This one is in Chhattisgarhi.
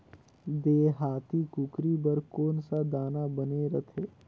देहाती कुकरी बर कौन सा दाना बने रथे?